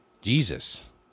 Jesus